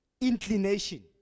inclination